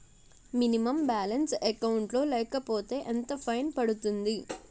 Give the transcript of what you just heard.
Minimum balance account లో లేకపోతే ఎంత ఫైన్ పడుతుంది?